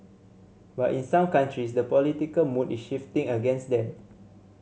but in some countries the political mood is shifting against them